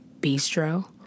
bistro